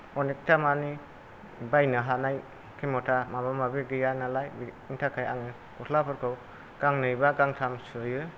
अनेकथा माने बायनो हानाय खेमता माबा माबि गैया नालाय बिनिथाखाय आङो गस्लाफोरखौ गांनै बा गांथाम सुयो